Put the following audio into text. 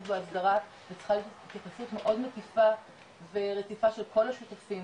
בו הסדרה וצריכה להיות התעסקות מאוד מקיפה ורציפה של כל השותפים,